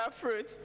fruit